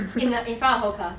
in the in front of whole class